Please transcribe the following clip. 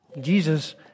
Jesus